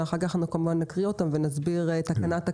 שאחר כך כמובן נקרא אותם ונסביר תקנה-תקנה.